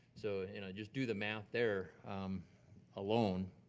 so just do the math there alone,